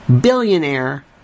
billionaire